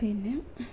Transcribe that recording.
പിന്നെ